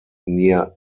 near